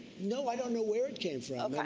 no, i don't know where it came from.